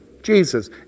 Jesus